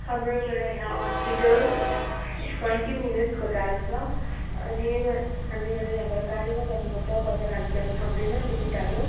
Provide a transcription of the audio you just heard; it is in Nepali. हाम्रोबाट यहाँ हस्पिटल ट्वेन्टी मिनट्सको टाढो छ अनि हामीहरूलाई यहाँबाट गाडीमा जानुपर्छ पैदल हामी जानु सक्दैन त्यत्ति टाढो